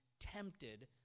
tempted